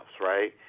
right